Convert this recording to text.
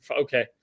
okay